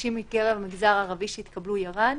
האנשים מקרב המגזר הערבי שהתקבלו ירד?